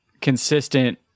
consistent